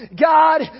God